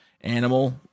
animal